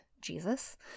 Jesus